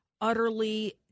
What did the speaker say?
utterly